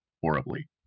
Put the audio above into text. horribly